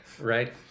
right